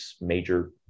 major